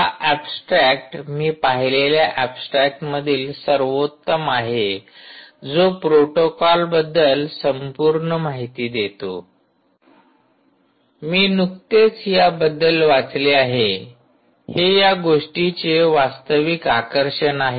हा ऍब्स्ट्रॅकट मी पाहिलेल्या ऍब्स्ट्रॅकटमधील सर्वोत्तम आहे जो प्रोटोकॉलबद्दल संपूर्ण माहिती देतो मी नुकतेच याबद्दल वाचले आहे हे या गोष्टीचे वास्तविक आकर्षण आहे